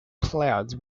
clouds